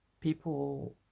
people